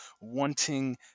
wanting